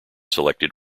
selected